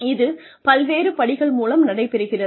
இது பல்வேறு படிகள் மூலம் நடைபெறுகிறது